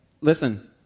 Listen